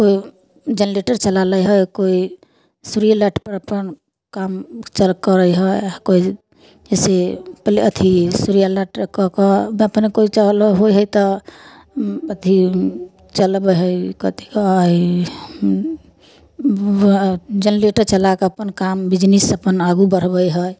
कोइ जनरेटर चला लै है कोइ सूर्य लाइट पर अपन काम करै है कोई जैसे पहिले अथी सूर्य लाइट कऽ कऽ अपन कोइ चलै होइ है तऽ अथी चलबै है कथी कहै है जनरेटर चला कऽ अपन काम बिजनेस अपन आगू बढ़बै है